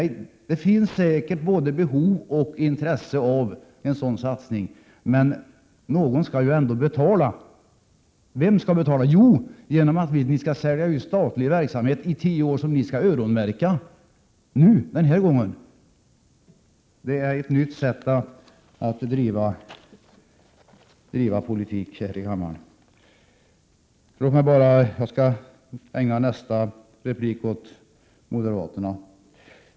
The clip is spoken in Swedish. Det finns säkerligen behov av och intresse för en sådan satsning, men vem skall betala? Jo, finansieringen skall ske genom utförsäljning av statlig verksamhet under tio år och inkomsterna därav skall öronmärkas. Det är ett nytt sätt att driva politik här i kammaren. Jag skall ägna nästa replik åt moderaterna.